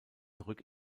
zurück